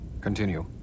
Continue